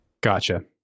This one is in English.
Gotcha